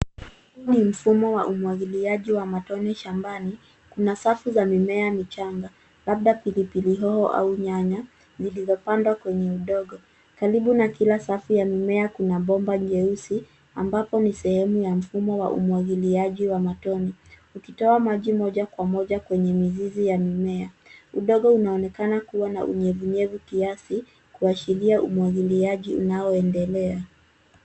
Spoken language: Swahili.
Huu ni mfumo wa umwagiliaji wa matone shambani. Kuna safu za mimea michanga labda pilipili hoho au nyanya zilizopandwa kwenye udongo, karibu na kila safu ya mimea kuna bomba jeusi ambapo ni sehemu ya mfumo wa umwagiliaji wa matone, ukitoa maji moja kwa moja kwenye mizizi ya mimea. Udongo unaonekana kuwa na unyevunyevu kiasi kuashiria umwagiliaji unaoendelea.